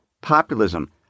populism